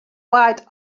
waait